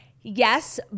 Yes